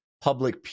public